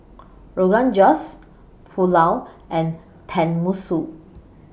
Rogan Josh Pulao and Tenmusu